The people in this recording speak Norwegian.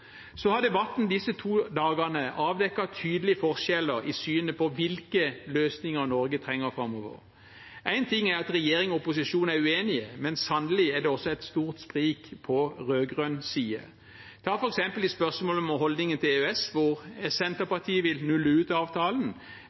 Debatten disse to dagene har avdekket tydelige forskjeller i synet på hvilke løsninger Norge trenger framover. Én ting er at regjering og opposisjon er uenige, men sannelig er det også et stort sprik på rød-grønn side. Ta for eksempel spørsmålet om holdningen til EØS, hvor Senterpartiet vil nulle ut avtalen,